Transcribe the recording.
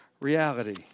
reality